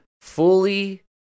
fully